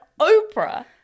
Oprah